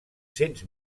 cents